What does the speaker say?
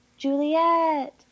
Juliet